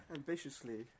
ambitiously